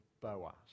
Boaz